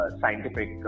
scientific